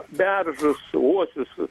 beržus uosius